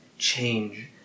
Change